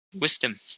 wisdom